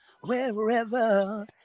wherever